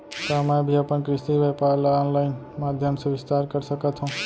का मैं भी अपन कृषि व्यापार ल ऑनलाइन माधयम से विस्तार कर सकत हो?